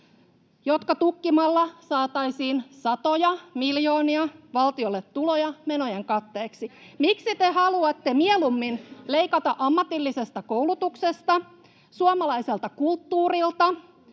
jotka tukkimalla saataisiin satoja miljoonia valtiolle tuloja menojen katteeksi? Miksi te haluatte mieluummin leikata ammatillisesta koulutuksesta, suomalaiselta kulttuurilta